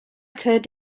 occurred